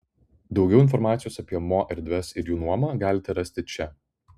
daugiau informacijos apie mo erdves ir jų nuomą galite rasti čia